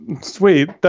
Sweet